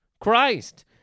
Christ